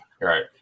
right